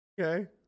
okay